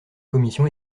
commission